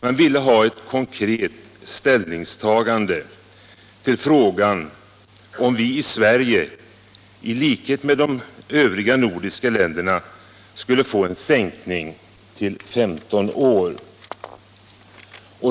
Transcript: Man ville ha ett konkret ställningstagande till frågan, om vi i Sverige i likhet med de övriga nordiska länderna kunde få en sänkning till 15 år.